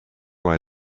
why